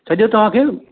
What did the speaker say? सॼो तव्हांखे